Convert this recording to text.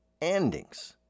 endings